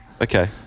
Okay